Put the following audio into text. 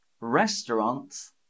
restaurants